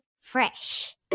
Fresh